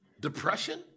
Depression